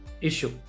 issue